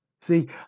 See